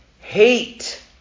hate